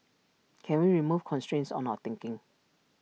can we remove constraints on our thinking